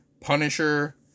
Punisher